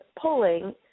polling